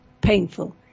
painful